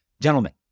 Gentlemen